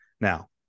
Now